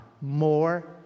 more